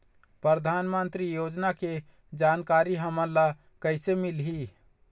परधानमंतरी योजना के जानकारी हमन ल कइसे मिलही?